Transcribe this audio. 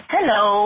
Hello